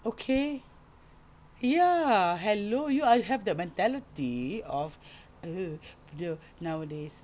okay ya hello you have the mentality of err nowadays